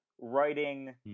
writing